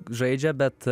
žaidžia bet